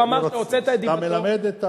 אתה מלמד את,